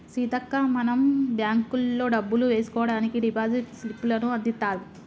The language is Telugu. సీతక్క మనం బ్యాంకుల్లో డబ్బులు వేసుకోవడానికి డిపాజిట్ స్లిప్పులను అందిత్తారు